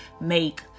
make